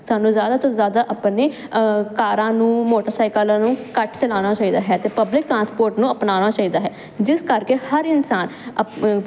ਸਾਨੂੰ ਜਿਆਦਾ ਤੋਂ ਜਿਆਦਾ ਆਪਣੇ ਕਾਰਾਂ ਨੂੰ ਮੋਟਰਸਾਈਕਲਾਂ ਨੂੰ ਘੱਟ ਚਲਾਣਾ ਚਾਹੀਦਾ ਹੈ ਤੇ ਪਬਲਿਕ ਟਰਾਂਸਪੋਰਟ ਨੂੰ ਅਪਣਾਉਣਾ ਚਾਹੀਦਾ ਹੈ ਜਿਸ ਕਰਕੇ ਹਰ ਇਨਸਾਨ ਅਪ